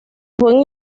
juega